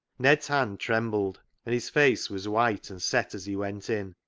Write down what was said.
ned's hand trembled, and his face was white and set as he went in.